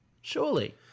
surely